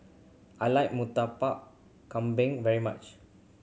I like Murtabak Kambing very much